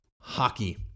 hockey